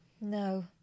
no